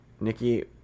Nikki